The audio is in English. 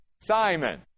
Simon